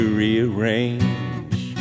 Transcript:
rearrange